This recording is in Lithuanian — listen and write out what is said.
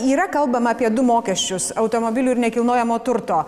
yra kalbama apie du mokesčius automobilių ir nekilnojamo turto